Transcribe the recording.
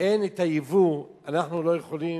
אין ייבוא, אנחנו לא יכולים